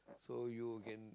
so you can